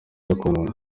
inyokomuntu